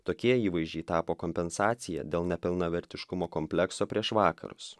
tokie įvaizdžiai tapo kompensacija dėl nepilnavertiškumo komplekso prieš vakarus